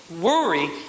worry